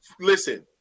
Listen